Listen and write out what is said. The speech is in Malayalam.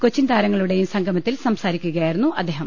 കൊച്ചിൻ താരങ്ങളുടേയും സംഗമത്തിൽ സംസാരിക്കുകയായിരുന്നു അദ്ദേഹം